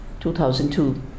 2002